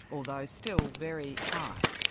although still very high.